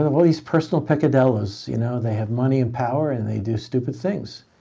um all these personal peccadillos, you know, they have money and power and they do stupid things.